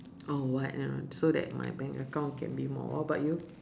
or what you know so that my bank account can be more what about you